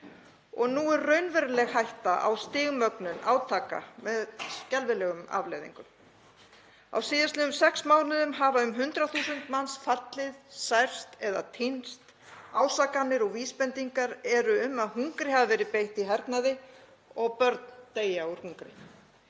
Nú er raunveruleg hætta á stigmögnun átaka með skelfilegum afleiðingum. Á síðastliðnum sex mánuðum hafa um 100.000 manns fallið, særst eða týnst. Ásakanir og vísbendingar eru um að hungri hafa verið beitt í hernaði og börn deyja úr hungri.